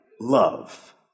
love